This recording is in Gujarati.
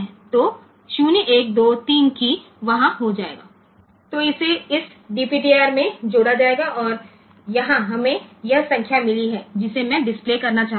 તેથી તે આ DPTR માં ઉમેરવામાં આવશે અને અહીં આપણને આ નંબર મળ્યો છે જે હું દર્શાવવા માંગુ છું તે પોર્ટ P 3 થી 1 સિંગલ ડિજિટ માં દાખલ થવો જોઈએ